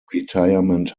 retirement